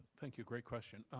thank you, great question.